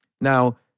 Now